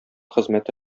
хезмәте